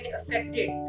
affected